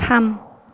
थाम